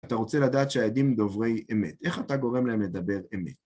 אתה רוצה לדעת שהעדים דוברי אמת. איך אתה גורם להם לדבר אמת?